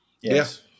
Yes